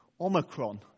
Omicron